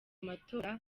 matora